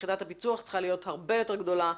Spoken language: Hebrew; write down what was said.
יחידת הפיצו"ח צריכה להיות הרבה יותר גדולה,